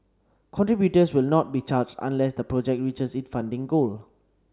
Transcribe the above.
contributors will not be charged unless the project reaches its funding goal